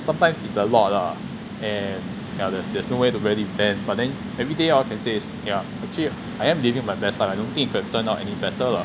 sometimes it's a lot lah and yeah there's there's no way to really vent but then everyday hor I can say is uh I am leaving my best life I don't think it can turn out any better lah